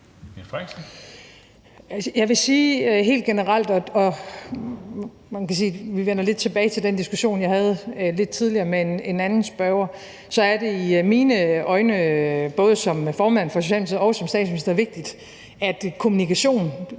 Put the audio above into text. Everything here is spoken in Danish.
Jeg vil sige helt generelt – og man kan sige, at vi lidt vender tilbage til den diskussion, jeg havde lidt tidligere med en anden spørger – at det i mine øjne, både som formand for Socialdemokratiet og som statsminister, er vigtigt, at kommunikation